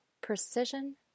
precision